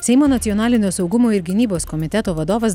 seimo nacionalinio saugumo ir gynybos komiteto vadovas